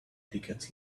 tickets